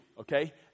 Okay